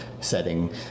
setting